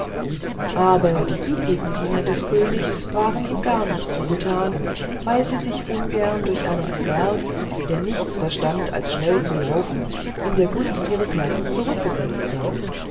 aber die übrigen diener des königes waren ihm gar nicht zugetan weil sie sich ungern durch einen zwerg der nichts verstand als schnell zu laufen in der gunst ihres herren zurückgesetzt sahen